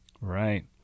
Right